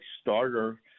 starter